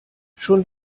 schon